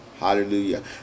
Hallelujah